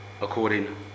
according